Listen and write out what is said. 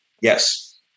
Yes